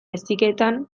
heziketan